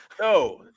No